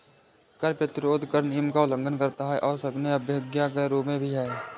कर प्रतिरोध कर नियमों का उल्लंघन करता है और सविनय अवज्ञा का एक रूप भी है